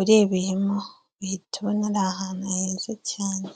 urebeyemo uhita ubona ari ahantu heza cyane.